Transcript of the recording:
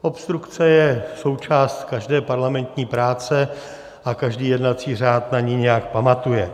Obstrukce je součást každé parlamentní práce a každý jednací řád na ni nějak pamatuje.